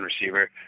receiver